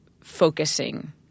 focusing